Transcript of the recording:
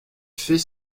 fais